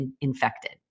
infected